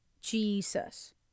Jesus